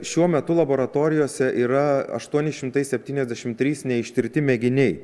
šiuo metu laboratorijose yra aštuoni šimtai septyniasdešim trys neištirti mėginiai